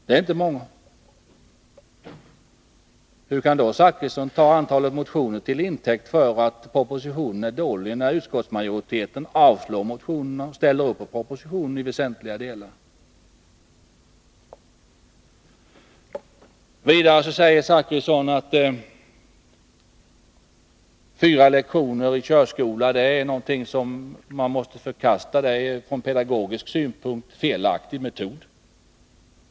Det är inte många. Hur kan Bertil Zachrisson ta antalet motioner till intäkt för påståendet att propositionen är dålig, när utskottsmajoriteten avstyrkt motionerna och i alla väsentliga delar ställer upp på propositionen? Bertil Zachrisson sade att förslaget om fyra lektioner i körskola måste förkastas. Det är en från pedagogisk synpunkt felaktig metod.